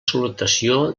salutació